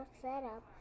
setup